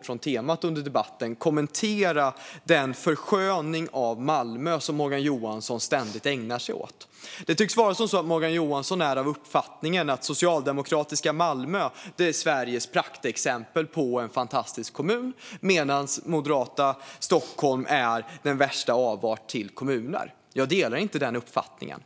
lite från temat i debatten, kommentera den försköning av Malmö som Morgan Johansson ständigt ägnar sig åt. Morgan Johansson tycks vara av uppfattningen att socialdemokratiska Malmö är Sveriges praktexempel på en fantastisk kommun medan moderata Stockholm är den värsta avarten. Jag delar inte den uppfattningen.